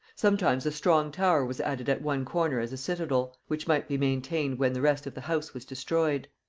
sometimes a strong tower was added at one corner as a citadel, which might be maintained when the rest of the house was destroyed.